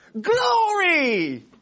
Glory